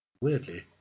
Weirdly